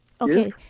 okay